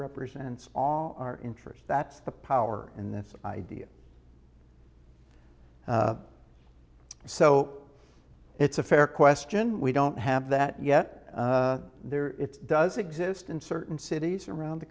represents all our interests that's the power in this idea so it's a fair question we don't have that yet there it does exist in certain cities around the